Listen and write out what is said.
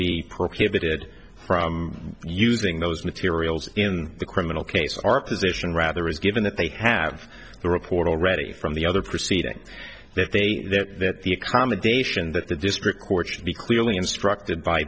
be prohibited from using those materials in a criminal case our position rather is given that they have the report already from the other proceedings that they that that the accommodation that the district court should be clearly instructed by